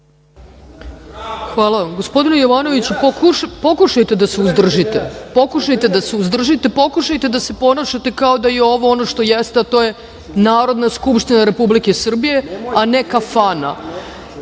Brnabić** Gospodine Jovanoviću, pokušajte da se uzdržite, pokušajte da se ponašate kao ono što jeste, a to je Narodna Skupština Republike Srbije, a ne kafana,